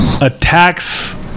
Attacks